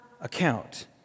account